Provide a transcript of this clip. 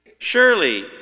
Surely